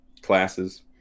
classes